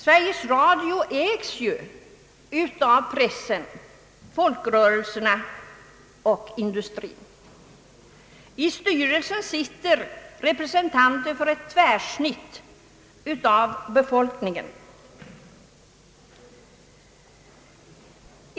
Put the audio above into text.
Sveriges Radio ägs ju av pressen, folkrörelserna och industrin. I styrelsen sitter representanter för ett tvärsnitt av befolkningen.